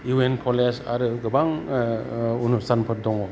U एन college आरो गोबां अनुस्थानफोर दङ